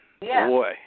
Boy